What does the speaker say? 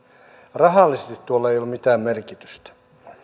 rahallisesti tuolla ei ole mitään merkitystä